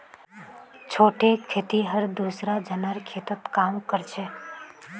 छोटे खेतिहर दूसरा झनार खेतत काम कर छेक